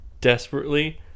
desperately